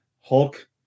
Hulk